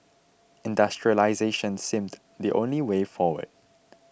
industrialisation seemed the only way forward